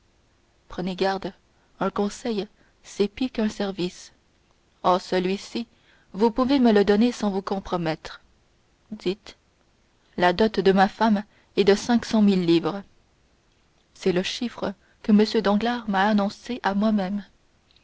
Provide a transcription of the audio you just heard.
prenez garde un conseil c'est pis qu'un service oh celui-ci vous pouvez me le donner sans vous compromettre dites la dot de ma femme est de cinq cent mille livres c'est le chiffre que m danglars m'a annoncé à moi-même